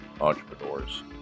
entrepreneurs